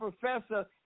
professor